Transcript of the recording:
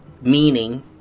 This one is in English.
meaning